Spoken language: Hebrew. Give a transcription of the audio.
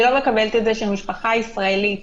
מקבלת את זה שמשפחה ישראלית